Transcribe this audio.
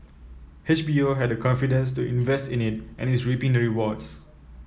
H B O had the confidence to invest in it and is reaping the rewards